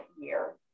year